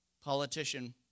Politician